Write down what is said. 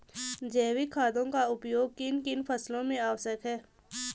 जैविक खादों का उपयोग किन किन फसलों में आवश्यक है?